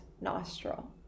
nostril